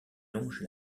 longe